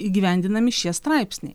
įgyvendinami šie straipsniai